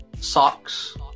socks